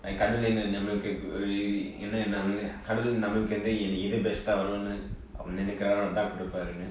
கடவுள் நம்மளுக்கு ஒறு இ~ என்ன கடவுள் நமக்கு எந்த எது:kadavul nammalukku oru i~ enna kadavul nammaku entha ethu best வரும்னு நினைக்கிறாரோ அதுக்கு:varumnu ninakiraaro athuku path கொடுபாருனு:kodupaarunu